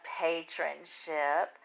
patronship